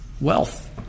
Wealth